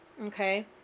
okay